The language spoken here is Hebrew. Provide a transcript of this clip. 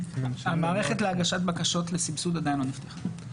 המערכת להגשת בקשות לסבסוד עדיין לא נפתחה.